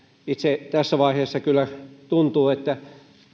itse tässä vaiheessa kyllä tuntuu että